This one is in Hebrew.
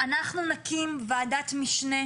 אנחנו נקים ועדת משנה